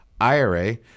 IRA